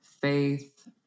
faith